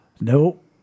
Nope